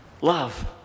Love